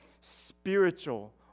spiritual